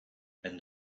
and